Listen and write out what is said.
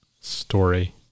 story